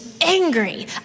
angry